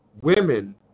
women